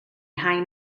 haen